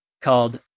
called